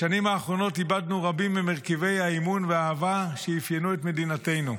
בשנים האחרונות איבדנו רבים ממרכיבי האמון והאהבה שאפיינו את מדינתנו.